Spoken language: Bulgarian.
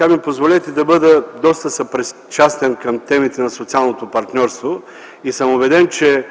но ми позволете да бъда доста съпричастен към темите на социалното партньорство и съм убеден, че